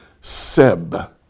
Seb